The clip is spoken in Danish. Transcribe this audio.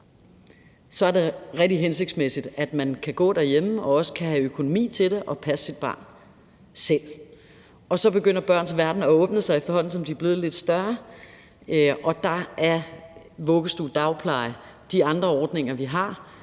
er det rigtig hensigtsmæssigt, at man kan gå derhjemme og også have økonomi til det og passe sit barn selv, og så begynder børns verden at åbne sig, efterhånden som de bliver lidt større. Der er vuggestue, dagpleje og de andre ordninger, vi har,